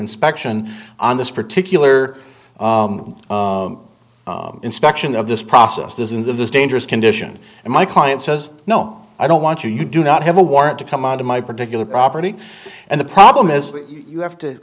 inspection on this particular inspection of this process this in this dangerous condition and my client says no i don't want you you do not have a warrant to come out of my particular property and the problem is you have to